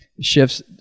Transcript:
shifts